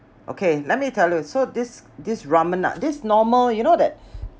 okay let me tell you so this this ramen ah this normal you know that